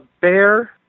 bear